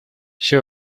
she